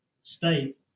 state